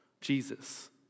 Jesus